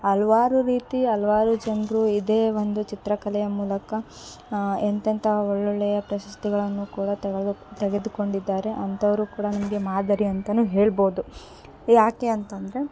ಹಲ್ವಾರು ರೀತಿ ಹಲ್ವಾರು ಜನರು ಇದೇ ಒಂದು ಚಿತ್ರಕಲೆಯ ಮೂಲಕ ಎಂತೆಂಥ ಒಳ್ಳೊಳ್ಳೆಯ ಪ್ರಶಸ್ತಿಗಳನ್ನು ಕೂಡ ತಗಳ್ಬೇಕು ತೆಗೆದುಕೊಂಡಿದ್ದಾರೆ ಅಂಥವ್ರು ಕೂಡ ನಮಗೆ ಮಾದರಿ ಅಂತಲೂ ಹೇಳ್ಬೋದು ಯಾಕೆ ಅಂತಂದರೆ